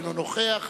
אינו נוכח,